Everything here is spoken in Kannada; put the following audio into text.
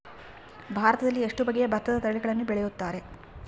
ಭಾರತದಲ್ಲಿ ಎಷ್ಟು ಬಗೆಯ ಭತ್ತದ ತಳಿಗಳನ್ನು ಬೆಳೆಯುತ್ತಾರೆ?